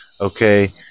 okay